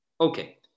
Okay